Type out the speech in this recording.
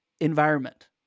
environment